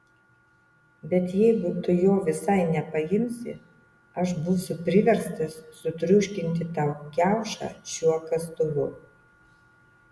bet jeigu tu jo visai nepaimsi aš būsiu priverstas sutriuškinti tau kiaušą šiuo kastuvu